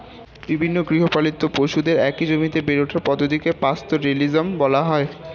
বিভিন্ন গৃহপালিত পশুদের একই জমিতে বেড়ে ওঠার পদ্ধতিকে পাস্তোরেলিজম বলা হয়